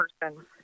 person